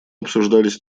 обсуждались